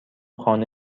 خانه